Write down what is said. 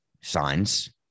signs